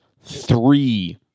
three